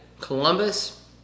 Columbus